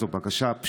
זו בקשה פשוטה